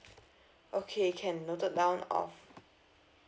okay can noted down of